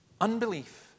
Unbelief